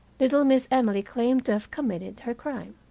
little miss emily claimed to have committed her crime.